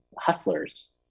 hustlers